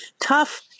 tough